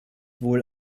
wohl